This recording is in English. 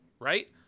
right